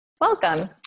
Welcome